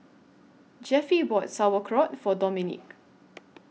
Jeffie bought Sauerkraut For Dominique